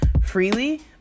freely